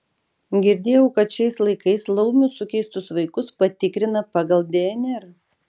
girdėjau kad šiais laikais laumių sukeistus vaikus patikrina pagal dnr